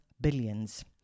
billions